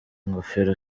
ingofero